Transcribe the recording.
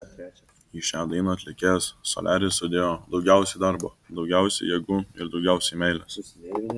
į šią dainą atlikėjas soliaris sudėjo daugiausiai darbo daugiausiai jėgų ir daugiausiai meilės